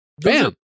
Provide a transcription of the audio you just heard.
Bam